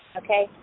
okay